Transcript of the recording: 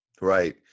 Right